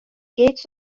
گیتس